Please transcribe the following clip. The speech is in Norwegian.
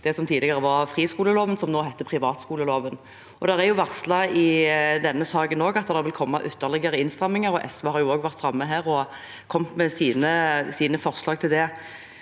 det som tidligere var friskoleloven, og som nå heter privatskoleloven. Det er også varslet i denne saken at det vil komme ytterligere innstramminger, og SV har vært framme her og kommet med sine forslag til det.